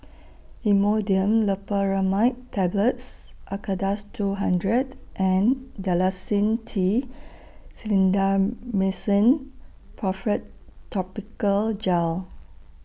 Imodium Loperamide Tablets Acardust two hundred and Dalacin T Clindamycin Phosphate Topical Gel